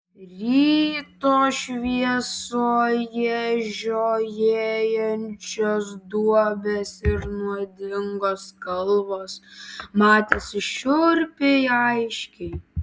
ryto šviesoje žiojėjančios duobės ir nuodingos kalvos matėsi šiurpiai aiškiai